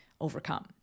overcome